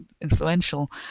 influential